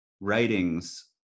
writings